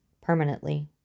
Permanently